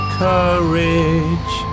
courage